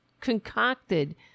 concocted